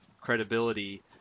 credibility